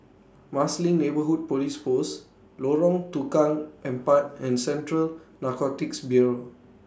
Marsiling Neighbourhood Police Post Lorong Tukang Empat and Central Narcotics Bureau